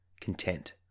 content